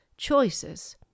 choices